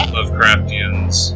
Lovecraftians